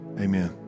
Amen